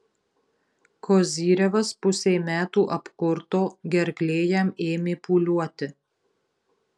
kozyrevas pusei metų apkurto gerklė jam ėmė pūliuoti